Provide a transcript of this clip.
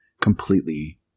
completely